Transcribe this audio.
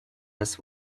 this